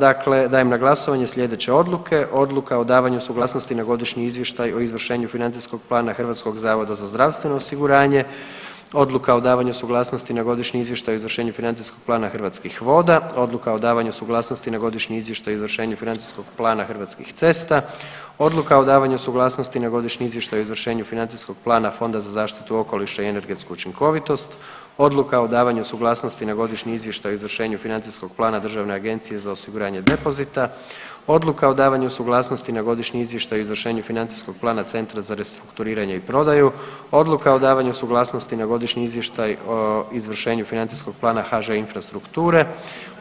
Dakle, dajem na glasovanje sljedeće odluke: Odluka o davanju suglasnosti na Godišnji izvještaj o izvršenju Financijskog plana Hrvatskog zavoda za zdravstveno osiguranje, Odluka o davanju suglasnosti na Godišnji izvještaj o izvršenju Financijskog plana Hrvatskih voda, Odluka o davanju suglasnosti na Godišnji izvještaj o izvršenju Financijskog plana Hrvatskih cesta, Odluka o davanju suglasnosti na Godišnji izvještaj o izvršenju Financijskog plana Fonda za zaštitu okoliša i energetsku učinkovitost, Odluka o davanju suglasnosti na Godišnji izvještaj o izvršenju Financijskog plana Državne agencije za osiguranje depozita, Odluka o davanju suglasnosti na Godišnji izvještaj o izvršenju Financijskog plana Centra za restrukturiranje i prodaju, Odluka o davanju suglasnosti na Godišnji izvještaj o izvršenju Financijskog plana HŽ Infrastrukture,